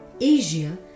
Asia